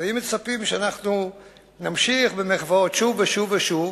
אם מצפים שאנחנו נמשיך במחוות שוב ושוב ושוב,